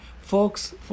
folks